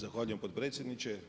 Zahvaljujem potpredsjedniče.